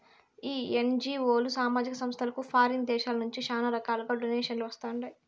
ఈ ఎన్జీఓలు, సామాజిక సంస్థలకు ఫారిన్ దేశాల నుంచి శానా రకాలుగా డొనేషన్లు వస్తండాయి